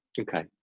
Okay